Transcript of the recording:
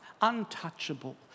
untouchable